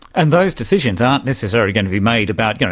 and those decisions aren't necessarily going to be made about, you know,